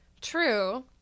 true